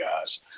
guys